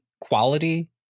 quality